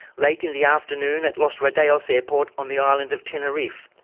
late in the afternoon at los rodeos airport on the island of teneriffe,